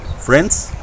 friends